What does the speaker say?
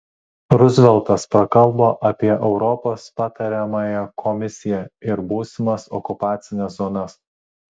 ruzveltas prakalbo apie europos patariamąją komisiją ir būsimas okupacines zonas